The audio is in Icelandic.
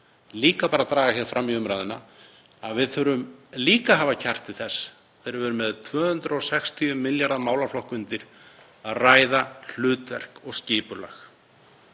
að draga fram í umræðuna að við þurfum líka að hafa kjark til þess, þegar við erum með 260 milljarða málaflokk undir, að ræða hlutverk og skipulag.